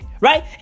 Right